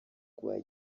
rwa